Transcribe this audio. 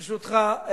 ברשותך.